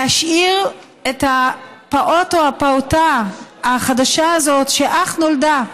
להשאיר את הפעוט או הפעוטה החדשה הזאת שאך נולדה,